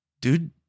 dude